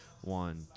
one